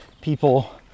people